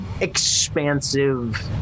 expansive